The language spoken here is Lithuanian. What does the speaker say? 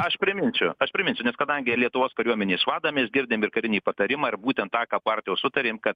aš priminsiu aš priminsiu nes kadangi lietuvos kariuomenės vadą mes girdim ir karinį patarimą ir būtent tą ką partijos sutarėm kad